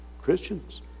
Christians